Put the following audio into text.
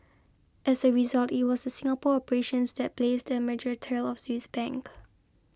as a result it was Singapore operations that blazed the merger trail Swiss Bank